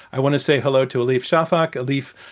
i want to say hello to elif shafak. elif,